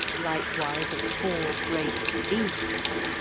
likewise of four great beasts,